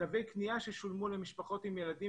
תווי קנייה ששולמו למשפחות עם ילדים